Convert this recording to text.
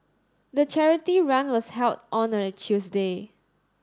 the charity run was held on a Tuesday